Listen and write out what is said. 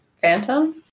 phantom